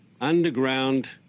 underground